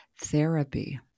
Therapy